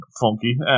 funky